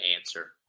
answer